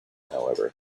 however